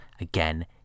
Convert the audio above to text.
again